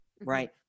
right